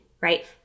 right